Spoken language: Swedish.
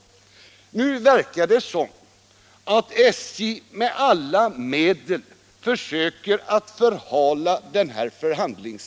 Nu verkar det emellertid som om SJ med alla medel försöker förhala den förhandlingen.